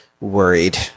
worried